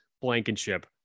Blankenship